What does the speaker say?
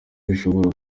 bishobora